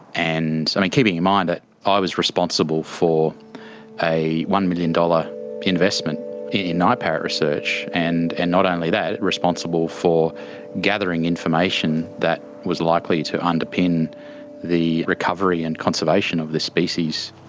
and i mean keeping in mind i was responsible for a one million dollar investment in night parrot research and and not only that, responsible for gathering information that was likely to underpin the recovery and conservation of the species.